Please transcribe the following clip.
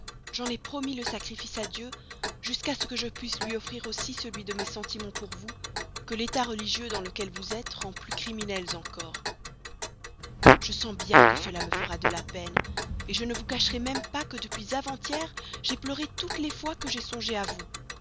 j'en ai promis le sacrifice à dieu jusqu'à ce que je puisse lui offrir aussi celui de mes sentiments pour vous que l'état religieux dans lequel vous êtes rend plus criminels encore je sens bien que cela me fera de la peine je ne vous cacherai même pas que depuis avant-hier j'ai pleuré toutes les fois que j'ai songé à vous